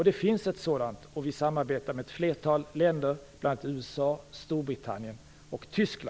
Det finns ett sådant, och vi samarbetar med ett flertal länder, bl.a. USA,